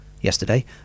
yesterday